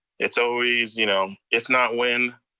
it's always, you know if not when,